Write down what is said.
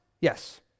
Yes